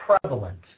prevalent